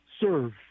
serve